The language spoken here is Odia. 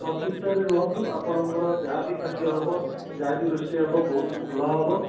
ଅଚିନ୍ତାରେ ରୁହନ୍ତୁ ଆପଣଙ୍କର ଯାହା ବି ଖାଦ୍ୟ ହେବ ଯାହା ବି ରୋଷେଇ ହେବ ବହୁତ ଭଲ ହେବ